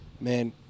man